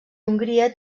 hongria